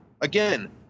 again